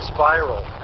Spiral